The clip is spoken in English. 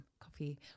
coffee